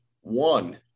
one